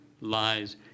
lies